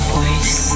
voice